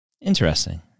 Interesting